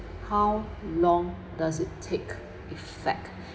how long does it take effect